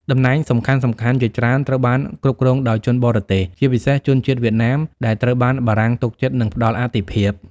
តំណែងសំខាន់ៗជាច្រើនត្រូវបានគ្រប់គ្រងដោយជនបរទេស ជាពិសេសជនជាតិវៀតណាម ដែលត្រូវបានបារាំងទុកចិត្ត និងផ្ដល់អាទិភាព។